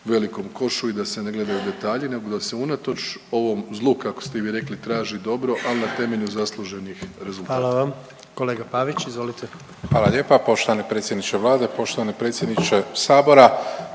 velikom košu i da se ne gleda u detalje nego da se unatoč ovom zlu kako ste i vi rekli traži dobro, al na temelju zasluženih rezultata. **Jandroković, Gordan (HDZ)** Hvala vam. Kolega Pavić izvolite. **Pavić, Marko (HDZ)** Hvala lijepa. Poštovani predsjedniče vlade, poštovani predsjedniče sabora.